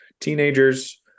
teenagers